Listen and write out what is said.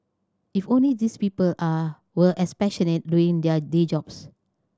if only these people are were as passionate doing their day jobs